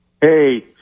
Hey